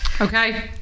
Okay